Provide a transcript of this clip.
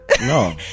No